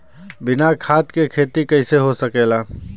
बिना खाद के खेती कइसे हो सकेला?